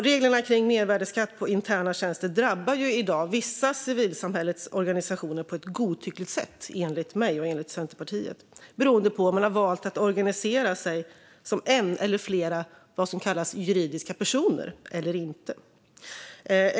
Reglerna kring mervärdesskatt på interna tjänster drabbar i dag, enligt mig och Centerpartiet, vissa av civilsamhällets organisationer på ett godtyckligt sätt beroende på om man har valt att organisera sig som en eller flera så kallade juridiska personer.